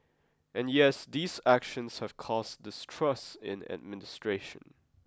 and yes these actions have caused distrust in administration